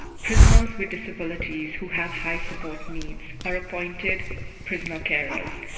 prisoners with disabilities who have high support needs are appointed prisoner carers.